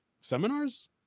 seminars